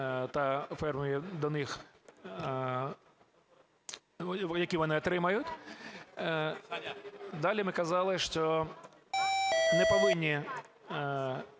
та фермерів, які вони отримають. Далі ми казали, що не повинні